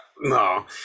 No